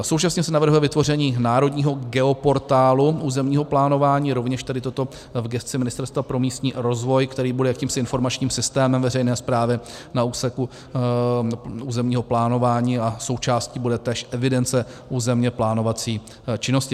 Současně se navrhuje vytvoření národního geoportálu územního plánování, rovněž tedy toto v gesci Ministerstva pro místní rozvoj, který bude jakýmsi informačním systémem veřejné správy na úseku územního plánování, a součástí bude též evidence územně plánovací činnosti.